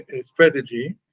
strategy